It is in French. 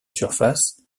surface